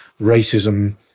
racism